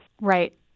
Right